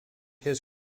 his